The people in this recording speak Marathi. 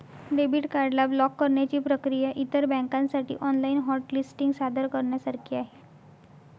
डेबिट कार्ड ला ब्लॉक करण्याची प्रक्रिया इतर बँकांसाठी ऑनलाइन हॉट लिस्टिंग सादर करण्यासारखी आहे